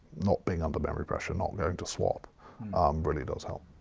not being under memory pressure, not going to swap really does help.